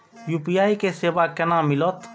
UPI के सेवा केना मिलत?